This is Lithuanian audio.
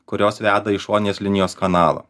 kurios veda į šoninės linijos kanalą